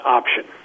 option